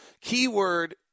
Keyword